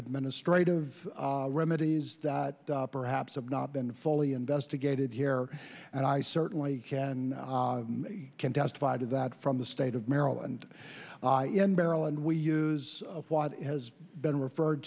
administrative remedies that perhaps have not been fully investigated here and i certainly can can testify to that from the state of maryland in maryland we use what has been referred